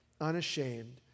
unashamed